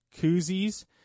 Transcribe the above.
koozies